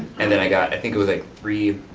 and then i got, i think it was like three